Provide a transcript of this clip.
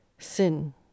Sin